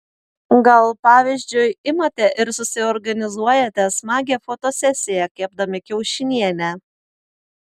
gal pavyzdžiui imate ir susiorganizuojate smagią fotosesiją kepdami kiaušinienę